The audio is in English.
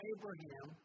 Abraham